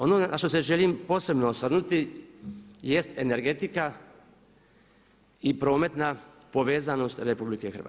Ono na što se želim posebno osvrnuti jest energetika i prometna povezanost RH.